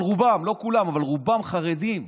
אבל רובן, לא כולן, אבל רובן חרדים.